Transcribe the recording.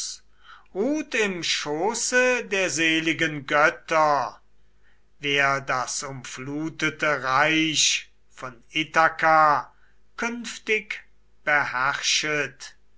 ruht im schoße der seligen götter wer das umflutete reich von ithaka künftig